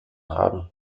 haben